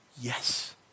Yes